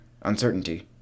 uncertainty